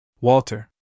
Walter